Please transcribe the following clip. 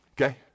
okay